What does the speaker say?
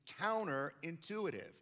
counterintuitive